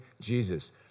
Jesus